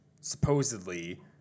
supposedly